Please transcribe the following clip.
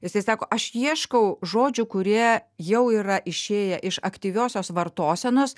jisai sako aš ieškau žodžių kurie jau yra išėję iš aktyviosios vartosenos